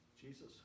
Jesus